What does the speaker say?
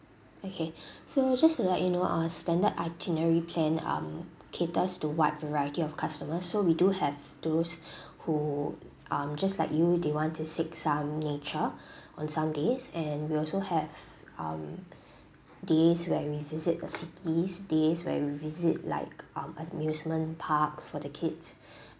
okay so just to let you know our standard itinerary plan um caters to wide variety of customers so we do have those who um just like you they want to seek some nature on some days and we also have um days where we visit a city days where we visit like um amusement park for the kids